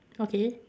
okay